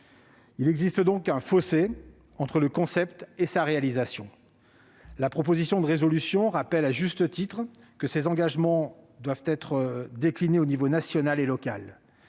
Il existe donc un fossé entre le concept et sa réalisation. La proposition de résolution rappelle, à juste titre, que ces engagements doivent être déclinés aux niveaux national et local.